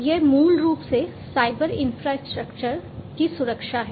यह मूल रूप से साइबर इन्फ्रास्ट्रक्चर की सुरक्षा है